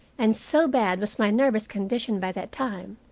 and so bad was my nervous condition by that time,